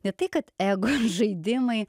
ne tai kad ego žaidimai